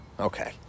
Okay